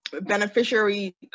beneficiary